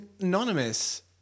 anonymous